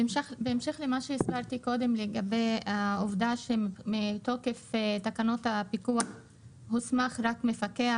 בהמשך למה שהקראתי קודם לגבי העובדה שמתוקף תקנות הפיקוח מוסמך רק מפקח